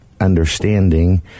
understanding